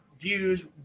views